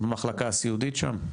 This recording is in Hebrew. מחלקה סיעודית שם?